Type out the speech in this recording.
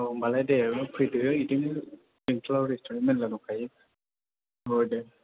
औ होम्बालाय दे नों फैदो बिदिनो बेंटलाव रेस्टुरेन्त मेल्ला दंखायो औ दे